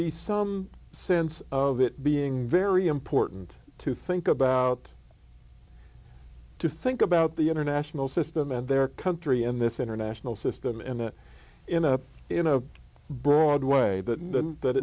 be some sense of it being very important to think about to think about the international system and their country in this international system in the in a in a broad way that th